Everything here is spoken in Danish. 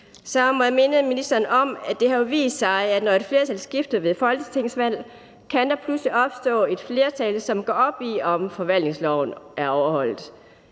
Så må jeg minde ministeren om noget. Det har jo vist sig, at når et flertal skifter ved et folketingsvalg, kan der pludselig opstå et flertal, som går op i, om forvaltningsloven er overholdt.